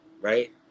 right